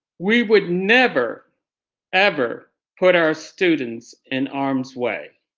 we would never ever put our students in ah harm's way.